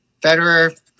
Federer